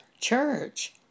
church